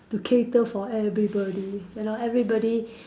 to cater for everybody you know everybody